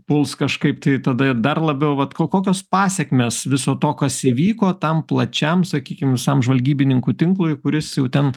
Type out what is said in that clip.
puls kažkaip tai tada dar labiau vat ko kokios pasekmės viso to kas įvyko tam plačiam sakykim visam žvalgybininkų tinklui kuris jau ten